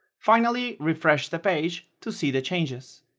finally refresh the page to see the changes